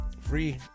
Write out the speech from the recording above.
free